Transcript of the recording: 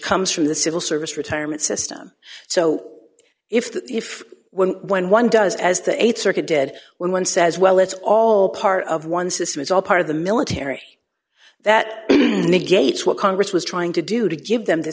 comes from the civil service retirement system so if the if were when one does as the th circuit dead when one says well it's all part of one system it's all part of the military that negates what congress was trying to do to give them th